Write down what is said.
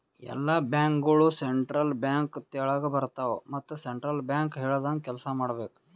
ಎಲ್ಲಾ ಬ್ಯಾಂಕ್ಗೋಳು central bank ತೆಳಗೆ ಬರ್ತಾವ ಮತ್ ಸೆಂಟ್ರಲ್ ಬ್ಯಾಂಕ್ ಹೇಳ್ದಂಗೆ ಕೆಲ್ಸಾ ಮಾಡ್ಬೇಕ್